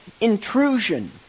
intrusion